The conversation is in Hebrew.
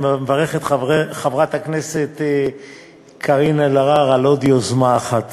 אני מברך את חברת הכנסת קארין אלהרר על עוד יוזמה אחת